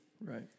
Right